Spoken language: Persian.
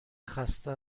خسته